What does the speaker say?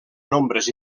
nombres